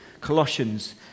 Colossians